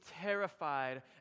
terrified